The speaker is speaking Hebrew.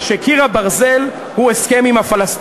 מדוע לא?